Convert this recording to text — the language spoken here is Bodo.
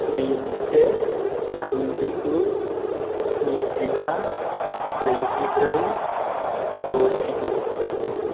नैजिसे थामजिगु स्निजिबा ब्रैजिब्रै दजिगु